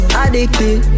addicted